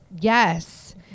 Yes